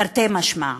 תרתי משמע.